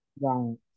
Right